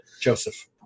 Joseph